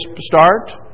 start